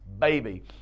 baby